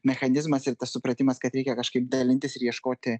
mechanizmas ir tas supratimas kad reikia kažkaip dalintis ir ieškoti